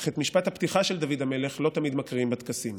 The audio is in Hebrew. אך את משפט הפתיחה של דוד המלך לא תמיד מקריאים בטקסים: